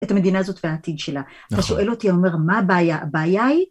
את המדינה הזאת והעתיד שלה. אתה שואל אותי, אומר, מה הבעיה? הבעיה היא...